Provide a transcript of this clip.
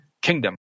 kingdom